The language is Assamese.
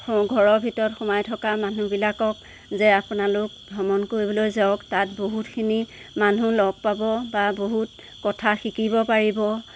ঘৰৰ ভিতৰত সোমাই থকা মানুহবিলাকক যে আপোনালোক ভ্ৰমণ কৰিবলৈ যাওঁক তাত বহুতখিনি মানুহ লগ পাব বা বহুত কথা শিকিব পাৰিব